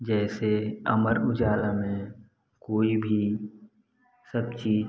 जैसे अमर उजाला में कोई भी सब चीज